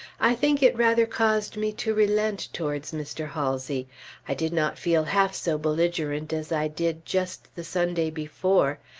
i think it rather caused me to relent towards mr. halsey i did not feel half so belligerent as i did just the sunday before.